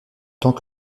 temps